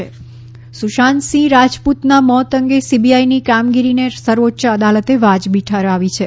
સર્વોચ્ય સુશાંત સુશાંત સિંહ રાજપૂતના મોત અંગે સીબીઆઈની કામગીરીને સર્વોચ્ય અદાલતે વાજબી ઠરાવી છે